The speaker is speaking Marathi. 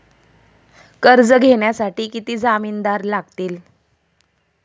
कर्ज घेण्यासाठी किती जामिनदार लागतील?